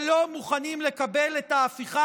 שלא מוכנים לקבל את ההפיכה